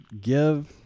give